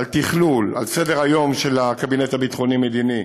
לתכלול, לסדר-היום של הקבינט הביטחוני-מדיני,